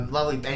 Lovely